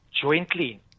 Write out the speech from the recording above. jointly